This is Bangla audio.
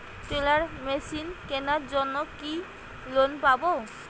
টেলার মেশিন কেনার জন্য কি লোন পাব?